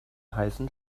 heißen